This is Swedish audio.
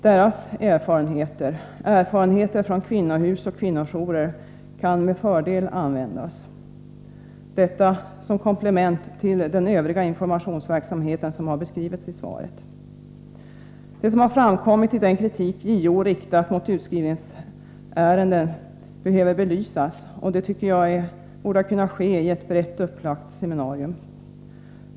Deras erfarenheter, från kvinnohus och kvinnojourer, kan med fördel användas — detta som komplement till den övriga informationsverksamhet som har beskrivits i svaret. Det som har framkommit i den kritik JO har riktat mot utskrivningsärenden behöver belysas, och det borde kunna ske i ett brett upplagt seminarium.